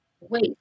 Wait